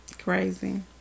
crazy